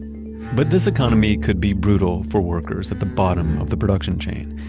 but this economy could be brutal for workers at the bottom of the production chain.